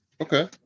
Okay